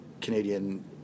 Canadian